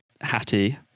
Hattie